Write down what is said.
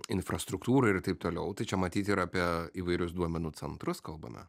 infrastruktūrą ir taip toliau tai čia matyt ir apie įvairius duomenų centrus kalbame